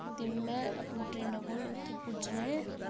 ते मैं अपनी ट्रेना कोल उत्थै पुज्जना ऐ